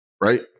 right